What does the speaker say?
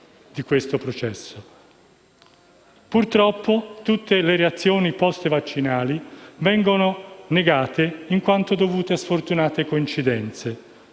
ma il fine. Purtroppo tutte le reazioni *post*-vaccinali vengono negate, in quanto dovute a sfortunate coincidenze.